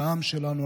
על העם שלנו,